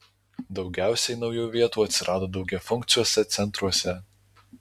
daugiausiai naujų vietų atsirado daugiafunkciuose centruose